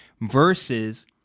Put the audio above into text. versus